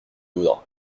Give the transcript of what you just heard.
voudras